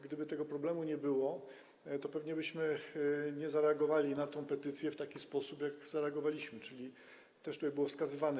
Gdyby tego problemu nie było, to pewnie byśmy nie zareagowali na tę petycję w taki sposób, jak zareagowaliśmy, czyli tak, jak było to wskazywane.